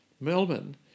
Melbourne